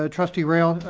ah trustee rayl,